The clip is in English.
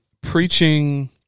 preaching